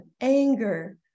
anger